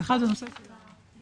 והשני, זה הנושא של הטיפול